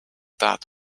that